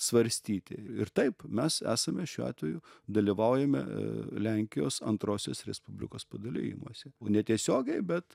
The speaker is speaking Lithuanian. svarstyti ir taip mes esame šiuo atveju dalyvaujame lenkijos antrosios respublikos padalijimuose netiesiogiai bet